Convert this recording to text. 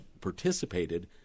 participated